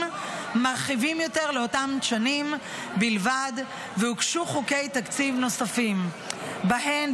מרחיבים יותר לאותן שנים בלבד והוגשו חוקי תקציב נוספים בהן.